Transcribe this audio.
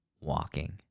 walking